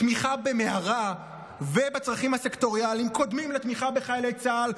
תמיכה במערה ובצרכים הסקטוריאליים קודמת לתמיכה בחיילי צה"ל,